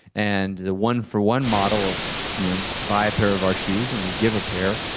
and the one for one model of you know buy a pair of our shoes and we give a pair,